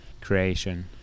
creation